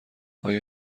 آیا